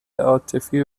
عاطفی